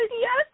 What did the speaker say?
Yes